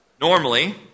Normally